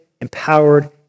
empowered